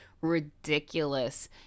ridiculous